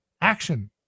action